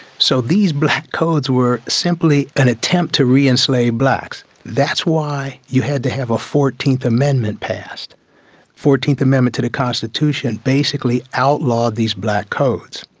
so these black codes were simply an attempt to re-enslave blacks. that's why you had to have a fourteenth amendment passed. the fourteenth amendment to the constitution basically outlawed these black codes.